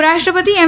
ઉપરાષ્ટ્રપતિ એમ